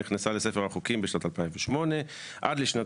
נכנסה לספר החוקים בשנת 2008. עד לשנת